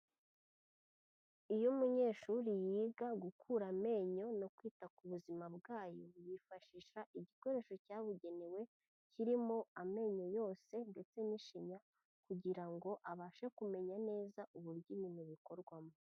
Iyo umunyeshuri yiga gukura amenyo no kwita ku buzima bwayo, yifashisha igikoresho cyabugenewe kirimo amenyo yose ndetse n'ishinya kugira ngo abashe kumenya neza uburyo ibintu bikorwamo.